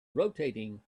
rotating